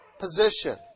position